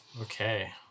Okay